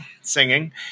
singing